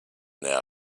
now